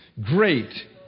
Great